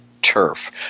turf